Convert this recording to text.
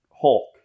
Hulk